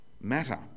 matter